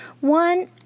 one